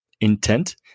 intent